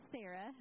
Sarah